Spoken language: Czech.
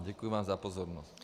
Děkuji vám za pozornost.